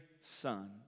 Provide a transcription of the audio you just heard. son